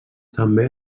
també